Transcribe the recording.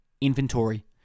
Inventory